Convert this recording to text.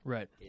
Right